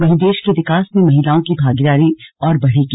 वहीं देश के विकास में महिलाओं की भागीदारी और बढ़ेगी